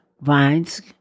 vines